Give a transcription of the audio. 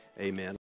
amen